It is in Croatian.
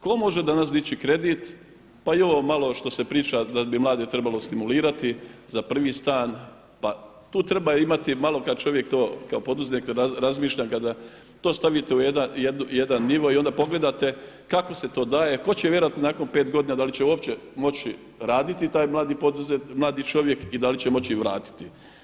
Ko može danas dići kredit pa i ovo malo što se priča da bi mlade trebalo stimulirati za pravi stan, pa tu treba imati malo kad čovjek to, kao poduzetnik razmišljam, kada to stavite u jedan nivo i onda pogledate kako se to daje, tko će vjerojatno nakon 5 godina da li će uopće moći raditi taj mladi čovjek i da li će moći vratiti?